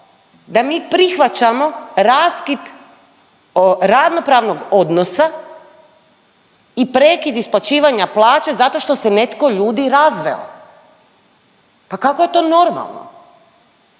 da mi prihvaćamo raskid radnopravnog odnosa i prekid isplaćivanja plaće zato što se netko ljudi, razveo. Pa kako je to normalno?